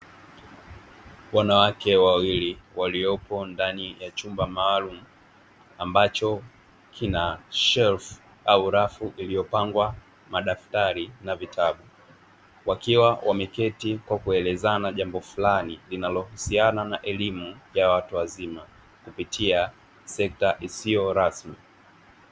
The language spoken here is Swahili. Wanawake wawili, waliopo ndani ya chumba maalumu, ambacho kina shelfu au rafu, iliyo pangwa madaftari na vitabu. Wakiwa wameketi kwa kuelezana jambo fulani, liohusiana na elimu ya watu wazima, kupitia sekta isiyo rasmi.